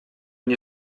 nie